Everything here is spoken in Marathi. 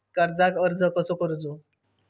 कर्जाक अर्ज कसो करूचो?